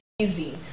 easy